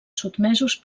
sotmesos